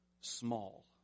small